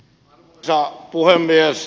arvoisa puhemies